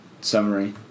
summary